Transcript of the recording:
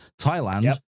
Thailand